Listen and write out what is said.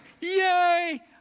Yay